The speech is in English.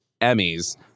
Emmys